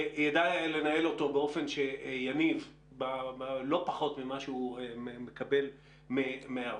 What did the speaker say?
ידע לנהל אותו באופן שיניב לא פחות ממה שהוא מקבל מהאוצר,